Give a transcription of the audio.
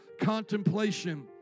Contemplation